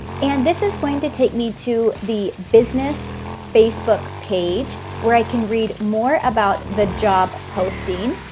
and this is going to take me to the business facebook page where i can read more about the job posting.